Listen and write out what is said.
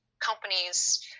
companies